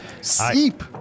Seep